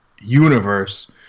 universe